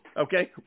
Okay